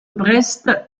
brest